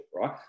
right